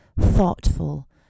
thoughtful